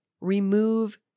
Remove